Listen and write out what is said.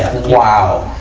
wow!